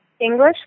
English